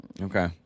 okay